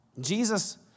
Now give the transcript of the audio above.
Jesus